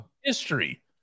History